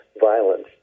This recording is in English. violence